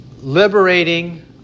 liberating